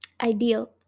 ideal